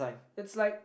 it's like